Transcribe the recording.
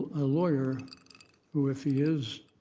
a lawyer who, if he is